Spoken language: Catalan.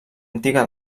antiga